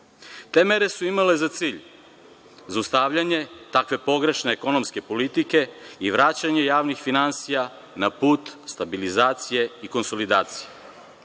Te mere su imale za cilj zaustavljanje takve pogrešne ekonomske politike i vraćanje javnih finansija na put stabilizacije i konsolidacije.